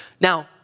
Now